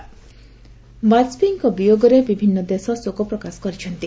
condolence ବାଜପେୟୀଙ୍କ ବିୟୋଗରେ ବିଭିନ୍ନ ଦେଶ ଶୋକ ପ୍ରକାଶ କରିଛନ୍ତି